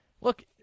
look